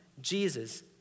Jesus